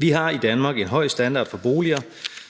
Vi har i Danmark en høj standard for boliger,